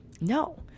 no